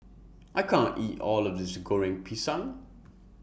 I can't eat All of This Goreng Pisang